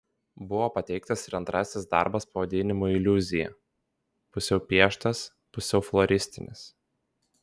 buvo pateiktas ir antrasis darbas pavadinimu iliuzija pusiau pieštas pusiau floristinis